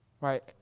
Right